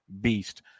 beast